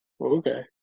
Okay